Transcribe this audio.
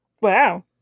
Wow